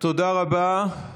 תודה רבה.